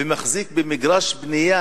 ומחזיק במגרש בנייה,